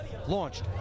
launched